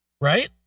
Right